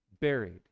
buried